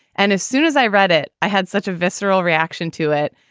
and as soon as i read it, i had such a visceral reaction to it.